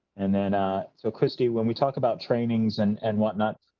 and and so christy, when we talk about trainings and and what not.